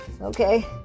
Okay